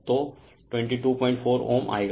तो 224Ω आएगा